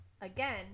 Again